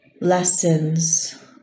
lessons